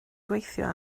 gweithio